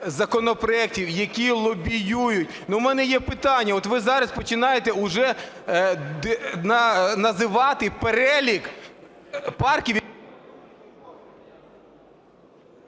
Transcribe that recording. законопроектів, які лобіюють. У мене є питання. От ви зараз починаєте уже називати перелік парків…